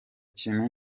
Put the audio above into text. kintu